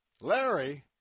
Larry